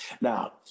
Now